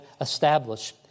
established